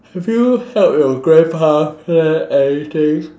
have you help your grandpa plan anything